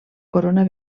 corona